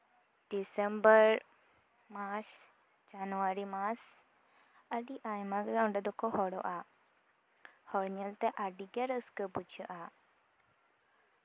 December ᱢᱟᱥ ᱡᱟᱱᱩᱣᱟᱨᱤ ᱢᱟᱥ ᱟᱹᱰᱤ ᱟᱭᱢᱟᱜᱮ ᱚᱸᱰᱮ ᱫᱚᱠᱚ ᱦᱚᱲᱚᱜᱼᱟ ᱦᱚᱲ ᱧᱮᱞᱛᱮ ᱟᱹᱰᱤᱜᱮ ᱨᱟᱹᱥᱠᱟᱹ ᱵᱩᱡᱷᱟᱹᱜᱼᱟ